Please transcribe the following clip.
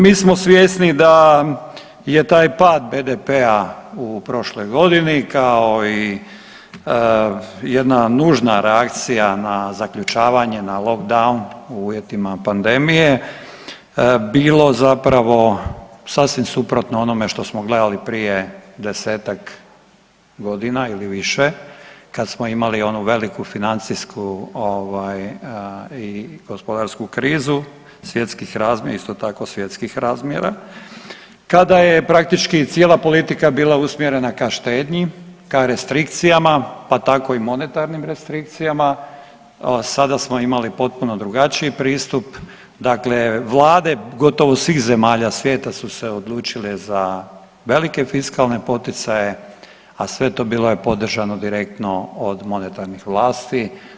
Mi smo svjesni da je taj pad BDP-a u prošloj godini kao i jedna nužna reakcija na zaključavanje na lockdown u uvjetima pandemije bilo zapravo sasvim suprotno onome što smo gledali prije 10-tak godina ili više kad smo imali onu veliku financijsku ovaj i gospodarsku krizu svjetskih, isto tako svjetskih razmjera kada je praktički cijela politika bila usmjerena ka štednji, ka restrikcijama pa tako i monetarnim restrikcijama, sada smo imali potpuno drugačiji pristup, dakle vlade gotovo svih zemalja svijeta su se odlučile za velike fiskalne poticaje, a sve to bilo je podržano direktno od monetarnih vlasti.